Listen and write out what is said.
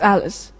Alice